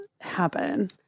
happen